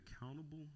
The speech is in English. accountable